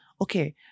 okay